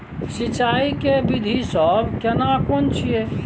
सिंचाई के विधी सब केना कोन छिये?